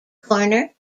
corner